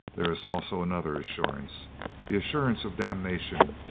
there is also another assurance the assurance of damnation,